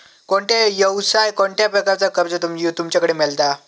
कोणत्या यवसाय कोणत्या प्रकारचा कर्ज तुमच्याकडे मेलता?